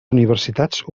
universitats